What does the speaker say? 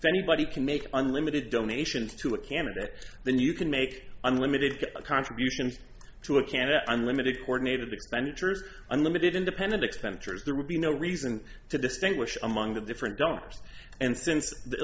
if anybody can make unlimited donations to a candidate then you can make unlimited contributions to a candidate unlimited coordinated expenditures unlimited independent expenditures there would be no reason to distinguish among the different donors and since the